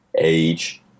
age